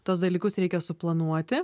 tuos dalykus reikia suplanuoti